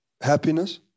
happiness